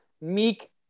meek